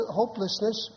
hopelessness